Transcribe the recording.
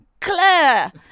Claire